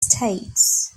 states